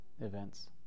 events